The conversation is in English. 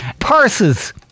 Purses